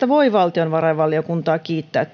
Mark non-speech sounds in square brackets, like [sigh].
[unintelligible] voi valtiovarainvaliokuntaa kiittää [unintelligible]